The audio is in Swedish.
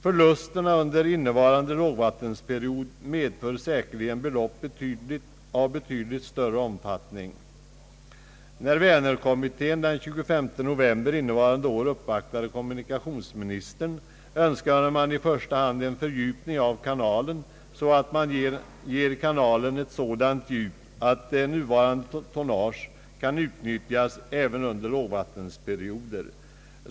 Förlusterna under innevarande lågvattenperiod uppgår säkerligen till belopp av betydligt större omfattning. När Vänerkommittén den 25 november innevarande år uppvaktade kommunikationsministern önskade man i första hand en fördjupning av kanalen så att nuvarande tonnage kan helt utnyttjas även under lågvattenperioder.